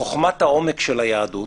בחוכמת העומק של היהדות